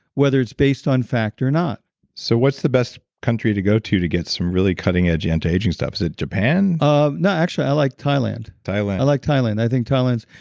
whether it's based on fact or not so, what's the best country to go to to get some really cutting edge anti-aging stuff? is it japan? um no, actually, i like thailand thailand i like thailand. i think thailand's.